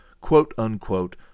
quote-unquote